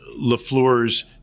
Lafleur's